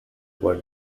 were